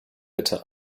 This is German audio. bitte